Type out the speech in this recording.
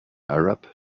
arab